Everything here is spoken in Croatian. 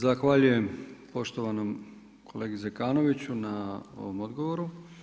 Zahvaljujem poštovanom kolegi Zekanoviću na ovom odgovoru.